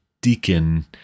deacon